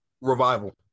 revival